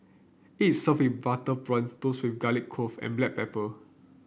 its served butter prawn tossed with garlic clove and black pepper